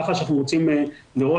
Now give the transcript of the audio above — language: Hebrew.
כך שאנחנו רוצים לראות,